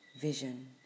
vision